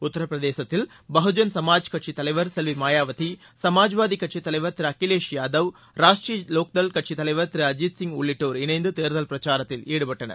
உத்தரப் பிரதேசத்தில் பகுஜன் சமாஜ் கட்சித் தலைவர் செல்வி மாயாவதி சமாஜ்வாதி கட்சித் தலைவர் திரு அகிலேஷ் யாதவ் ராஷ்ட்டிரிய லோக்தள் கட்சித் தலைவர் திரு அஜித் சிங் உள்ளிட்டோர் இணைந்து தேர்தல் பிரச்சாரத்தில் ஈடுபட்டனர்